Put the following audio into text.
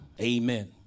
Amen